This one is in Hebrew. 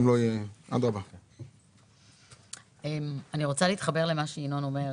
אני רוצה להתחבר למה שינון אומר.